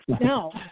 No